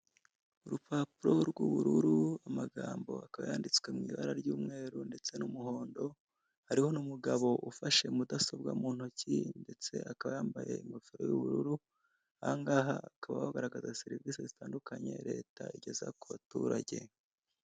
urupapuro rw'ubururu amagambo akaba yanditse mu ibara ry'umweru ndetse n'umuhondo, umugabo akaba afite mudasobwa mu ntoki ndetse akaba ayambaye ingofero y'ubururu , ahangaha hakaba hagaragara serivisi zitandukanye leta igeza kubaturage.